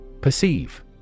Perceive